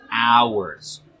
hours